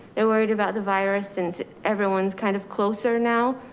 they're worried about the virus since everyone's kind of closer now.